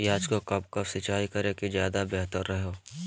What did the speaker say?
प्याज को कब कब सिंचाई करे कि ज्यादा व्यहतर हहो?